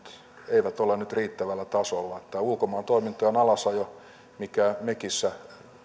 eivät ole nyt riittävällä tasolla tämä ulkomaan toimintojen alasajo mikä mekissä